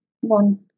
one